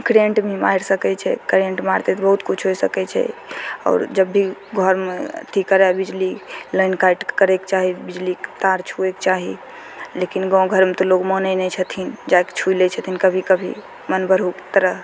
current भी मारि सकय छै करेन्ट मारतै तऽ बहुत किछु होइ सकय छै आओर जब भी घरमे ठीक करय बिजली लाइन काटि कऽ करयके चाही बिजलीके तार छुवैके चाही लेकिन गाँव घरमे तऽ लोग मानय नहि छथिन जाकऽ छुइ लै छथिन कभी कभी मन बरहुके तरह